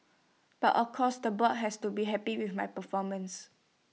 but of course the board has to be happy with my performance